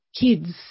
kids